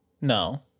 No